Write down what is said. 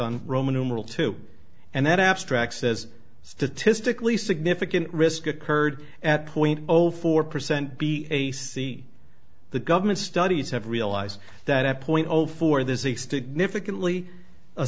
on roman numeral two and that abstract says statistically significant risk occurred at point zero four percent be a c the government studies have realized that point zero for this